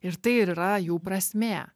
ir tai ir yra jų prasmė